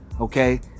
Okay